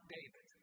David